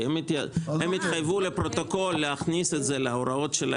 כי הם התחייבו לפרוטוקול להכניס את זה להוראות שלהם,